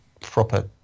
proper